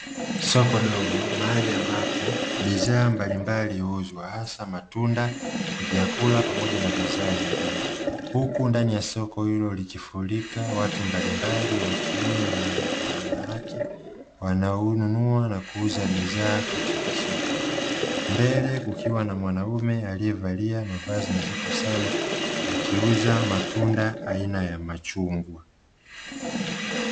Soko dogo mahali ambapo bidhaa mbalimbali huuzwa hasa: matunda, vyakula pamoja na bidhaa nyingine; huku ndani ya soko hilo likifurika watu mbalimbali wa kiume na wanawake wanaonunua na kuuza bidhaa katika soko. Mbele kukiwa na mwanamume aliyevalia mavazi nadhifu sana, akiuza matunda aina ya machungwa.